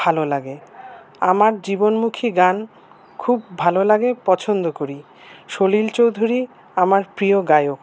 ভালো লাগে আমার জীবনমুখী গান খুব ভালো লাগে পছন্দ করি সলিল চৌধুরী আমার প্রিয় গায়ক